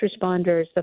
responders